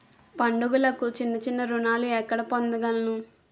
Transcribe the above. పండుగలకు చిన్న చిన్న రుణాలు ఎక్కడ పొందగలను?